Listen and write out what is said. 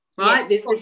Right